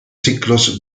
ciclos